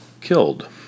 killed